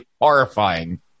horrifying